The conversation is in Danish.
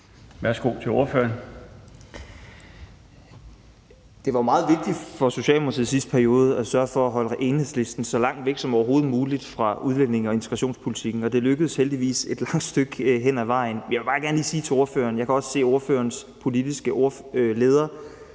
Frederik Vad (S): Det var meget vigtigt for Socialdemokratiet sidste periode at sørge for at holde Enhedslisten så langt væk som overhovedet muligt fra udlændinge- og integrationspolitikken, og det lykkedes heldigvis et langt stykke hen ad vejen. Men jeg vil bare gerne lige sige til ordføreren, og jeg kan også se, at ordførerens politiske leder